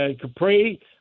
Capri